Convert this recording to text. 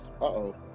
Uh-oh